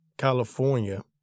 California